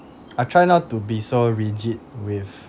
I try not to be so rigid with